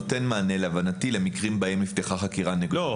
נותן מענה להבנתי למקרים בהם נפתחה חקירה --- לא,